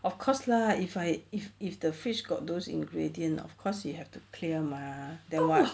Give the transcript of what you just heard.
of course lah if I if if the fish got those ingredients of course you have to clear mah then what